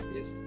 Yes